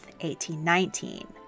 1819